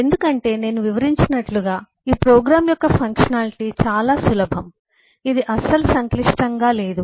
ఎందుకంటే నేను వివరించినట్లుగా ఈ ప్రోగ్రామ్ యొక్క ఫంక్షనాలిటీ చాలా సులభం ఇది అస్సలు సంక్లిష్టంగా లేదు